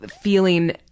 feeling